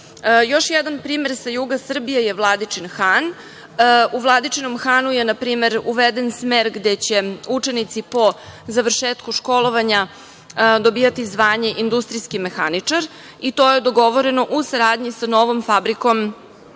jedan primer sa juga Srbije je Vladičin Han. U Vladičinom Hanu je na primer uveden smer gde će učenici po završetku školovanja dobijati zvanje – industrijski mehaničar i to je dogovoreno u saradnji sa novom fabrikom